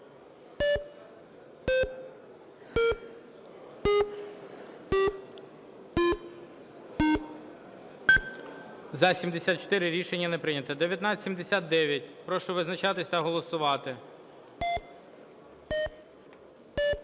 За-77 Рішення не прийнято. 2061. Прошу визначатись та голосувати.